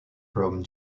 from